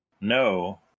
no